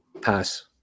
pass